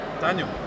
Daniel